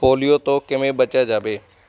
polio ਤੋਂ ਕਿਵੇਂ ਬਚਿਆ ਜਾਵੇ